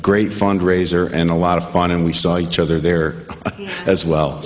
great fundraiser and a lot of fun and we saw each other there as well